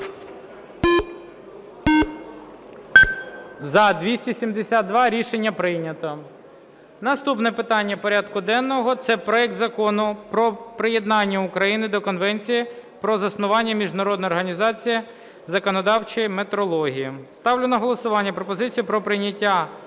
За-272 Рішення прийнято. Наступне питання порядку денного – проект Закону про приєднання України до Конвенції про заснування Міжнародної організації законодавчої метрології. Ставлю на голосування пропозицію про прийняття в цілому